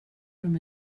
from